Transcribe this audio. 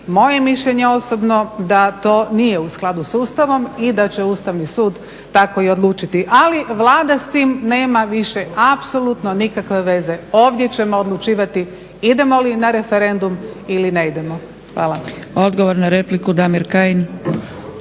Moje mišljenje osobno je da to nije u skladu sa Ustavom i da će Ustavni sud tako i odlučiti. Ali Vlada s tim nema više apsolutno nikakve veze, ovdje ćemo odlučivati idemo li na referendum ili ne idemo. Hvala.